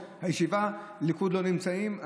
הליכוד לא נמצאים,